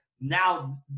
Now